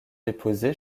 déposé